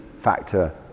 factor